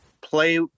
play